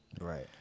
Right